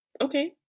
Okay